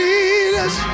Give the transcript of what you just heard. Jesus